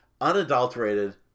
unadulterated